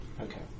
Okay